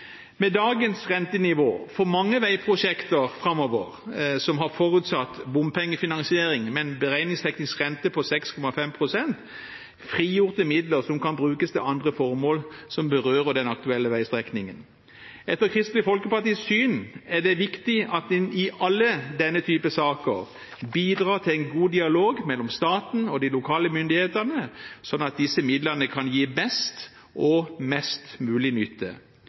Med dagens rentenivå får mange veiprosjekter framover som har forutsatt bompengefinansiering med en beregningsteknisk rente på 6,5 pst., frigjort midler som kan brukes til andre formål som berører den aktuelle veistrekningen. Etter Kristelig Folkepartis syn er det viktig at en i alle saker av denne typen bidrar til en god dialog mellom staten og de lokale myndighetene, slik at disse midlene kan gi best og mest mulig nytte.